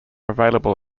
available